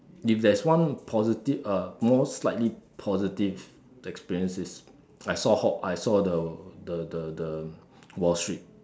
if there's one positive uh more slightly positive experience is I saw I saw the the the the wall street